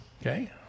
Okay